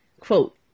Quote